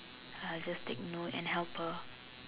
I'll just take note and help her